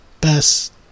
best